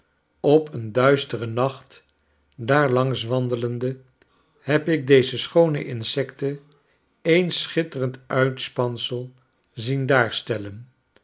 op een duisteren nacht daar langs wandelende heb ik deze schoone insecten een schitterend uitspansel zien